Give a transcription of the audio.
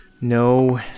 no